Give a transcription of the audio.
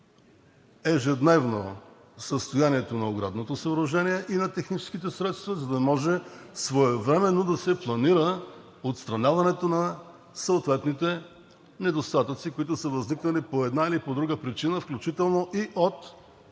наблюдава състоянието на оградното съоръжение и на техническите средства, за да може своевременно да се планира отстраняването на съответните недостатъци, възникнали по една или по друга причина, включително и от